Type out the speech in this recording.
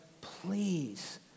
please